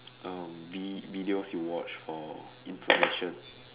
uh vi~ videos you watch for information